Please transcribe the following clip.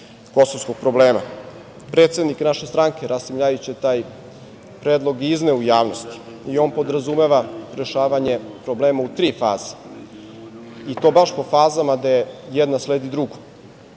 kosovskog problema. Predsednik naše stranke, Rasim Ljajić, je taj predlog i izneo u javnost. On podrazumeva rešavanje problema u tri faze i to baš po fazama gde jedna sledi